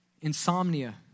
Insomnia